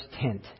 tent